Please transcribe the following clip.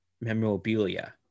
memorabilia